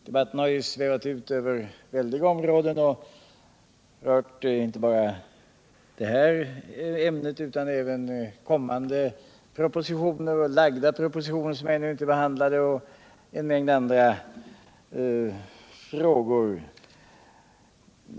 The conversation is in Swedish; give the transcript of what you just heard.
Debatten har ju svävat ut över väldiga områden och har rört inte bara det här ämnet utan även kommande propositioner, lagda propositioner som ännu inte är behandlade och en mängd andra frågor.